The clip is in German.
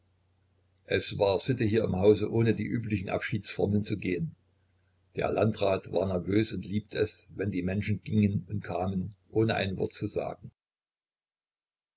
es war sitte hier im hause ohne die üblichen abschiedsformeln zu gehen der landrat war nervös und liebte es wenn die menschen gingen und kamen ohne ein wort zu sagen